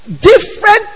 different